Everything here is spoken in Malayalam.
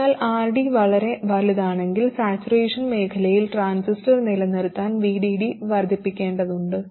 അതിനാൽ RD വളരെ വലുതാണെങ്കിൽ സാച്ചുറേഷൻ മേഖലയിൽ ട്രാൻസിസ്റ്റർ നിലനിർത്താൻ VDD വർദ്ധിപ്പിക്കേണ്ടതുണ്ട്